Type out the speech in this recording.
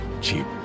cheap